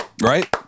Right